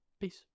peace